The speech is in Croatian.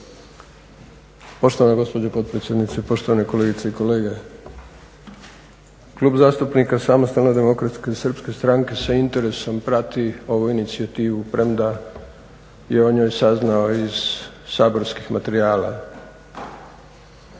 Poštovana gospođo potpredsjednice, poštovane kolegice i kolege. Klub zastupnika SDSS-a sa interesom prati ovu inicijativu, premda je o njoj saznao iz saborskih materijala,